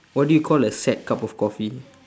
what do you call a sad cup of coffee